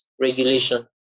regulation